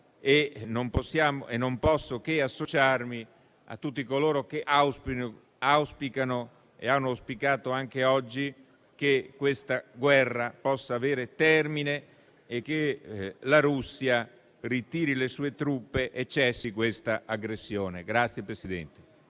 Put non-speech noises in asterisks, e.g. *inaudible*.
Non posso che associarmi a tutti coloro che auspicano e hanno auspicato anche oggi che questa guerra possa avere termine e che la Russia ritiri le sue truppe e cessi questa aggressione. *applause*